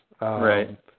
Right